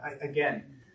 again